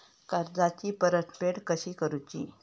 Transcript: कर्जाची परतफेड कशी करुची?